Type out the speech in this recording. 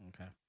Okay